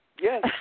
Yes